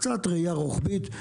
קצת ראייה רוחבית.